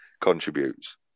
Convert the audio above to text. contributes